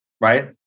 right